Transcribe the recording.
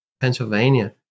Pennsylvania